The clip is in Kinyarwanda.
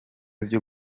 byo